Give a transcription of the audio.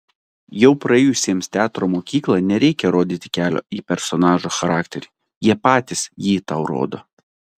jau praėjusiems teatro mokyklą nereikia rodyti kelio į personažo charakterį jie patys jį tau rodo